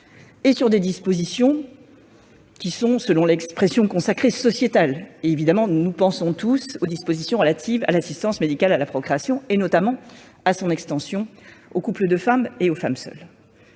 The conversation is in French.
et des dispositions « sociétales », selon l'expression consacrée. Évidemment, nous pensons tous aux dispositions relatives à l'assistance médicale à la procréation et en particulier à son extension aux couples de femmes et aux femmes seules.